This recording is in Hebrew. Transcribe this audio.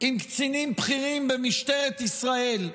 עם קצינים בכירים במשטרת ישראל.